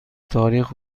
تاریخ